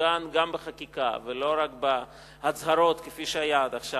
שעוגן גם בחקיקה ולא רק בהצהרות כפי שהיה עד עכשיו,